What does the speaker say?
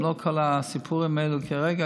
אם לא כל הסיפורים האלה כרגע,